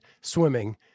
swimming